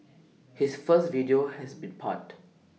his first video has been panned